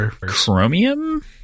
chromium